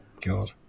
God